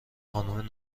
خانم